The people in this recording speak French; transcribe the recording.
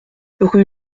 rue